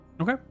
okay